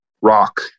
rock